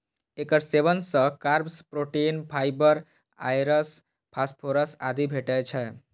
एकर सेवन सं carbs, protein, fibre, आयरस, फास्फोरस आदि भेटै छै